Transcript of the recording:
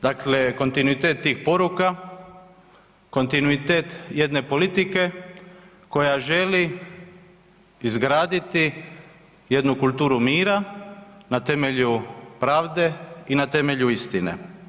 Dakle, kontinuitet tih poruka, kontinuitet jedne politike koja želi izgraditi jednu kulturu mira na temelju pravde i na temelju istine.